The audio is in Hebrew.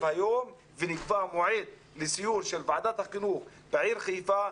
היום ונקבע מועד לסיור של ועדת החינוך בעיר חיפה,